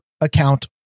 account